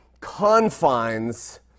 confines